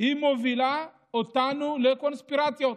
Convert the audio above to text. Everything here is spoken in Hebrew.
מובילה אותנו לקונספירציות,